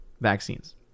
vaccines